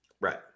Right